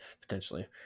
Potentially